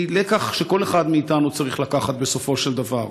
היא לקח שכל אחד מאיתנו צריך לקחת בסופו של דבר: